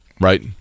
right